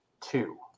two